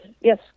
yes